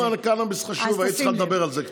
אם הקנביס חשוב לך, היית צריכה לדבר על זה קצת.